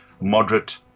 moderate